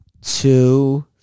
two